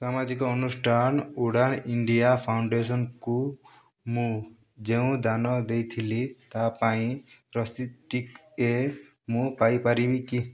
ସାମାଜିକ ଅନୁଷ୍ଠାନ ଉଡ଼ାନ୍ ଇଣ୍ଡିଆ ଫାଉଣ୍ଡେସନ୍କୁ ମୁଁ ଯେଉଁ ଦାନ ଦେଇଥିଲି ତା ପାଇଁ ରସିଦ୍ଟିଏ ମୁଁ ପାଇପାରିବି କି